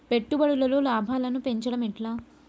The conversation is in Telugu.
పెట్టుబడులలో లాభాలను పెంచడం ఎట్లా?